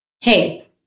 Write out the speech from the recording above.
Hey